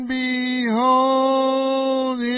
behold